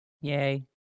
Yay